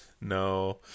No